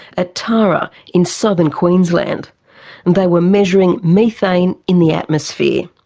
at tara in southern queensland, and they were measuring methane in the atmosphere.